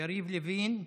יריב לוין.